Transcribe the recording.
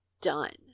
done